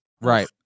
right